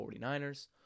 49ers